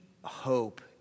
hope